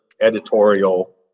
editorial